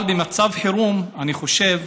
במצב חירום אני חושב